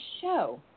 show